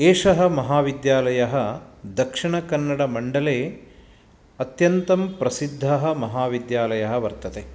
एषः महाविद्यालयः दक्षिणकन्नडमण्डले अत्यन्तं प्रसिद्धः महाविद्यालयः वर्तते